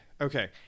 okay